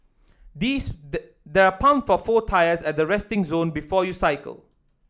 this the there are pump for four tyres at the resting zone before you cycle